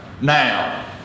now